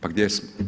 Pa gdje smo?